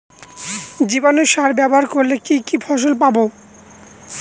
জীবাণু সার ব্যাবহার করলে কি কি ফল পাবো?